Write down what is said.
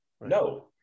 No